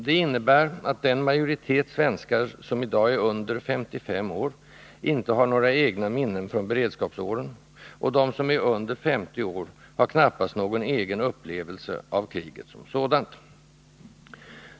Det innebär att den majoritet av svenskar som i dag är under 55 år inte har några egna minnen från beredskapsåren, och de som är under 50 år har knappast någon egen upplevelse av kriget som sådant.